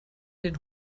den